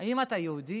אם אתה יהודי,